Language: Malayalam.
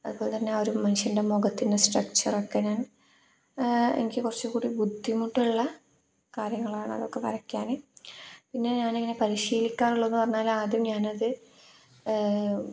അതുപോലെത്തന്നെ ആ ഒരു മനുഷ്യൻ്റെ മുഖത്തിൻ്റെ സ്ട്രക്ച്ചറൊക്കെ ഞാൻ എനിക്ക് കുറച്ച് കൂടിയും ബുദ്ധിമുട്ടുള്ള കാര്യങ്ങളാണ് അതൊക്കെ വരയ്ക്കാൻ പിന്നെ ഞാനിങ്ങനെ പരിശീലിക്കാറുള്ളത് എന്ന് പറഞ്ഞാൽ ആദ്യം ഞാനത്